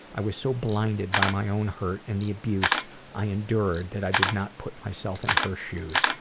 i was so blinded by my own hurt and the abuse i endured that i did not put myself in her shoes.